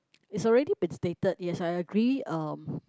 it's already been stated yes I agree um